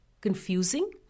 confusing